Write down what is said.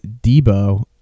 Debo